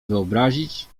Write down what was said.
wyobrazić